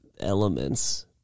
elements